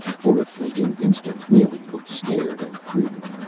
for a fleeting instant, neely looked scared and prudent.